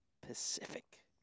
Pacific